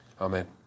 Amen